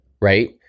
right